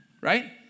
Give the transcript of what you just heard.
Right